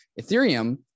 Ethereum